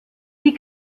die